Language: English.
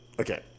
okay